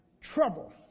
Trouble